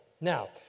Now